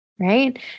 Right